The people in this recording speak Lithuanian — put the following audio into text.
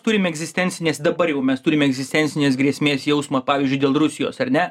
turime egzistencines dabar jau mes turime egzistencinės grėsmės jausmą pavyzdžiui dėl rusijos ar ne